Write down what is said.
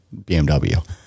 bmw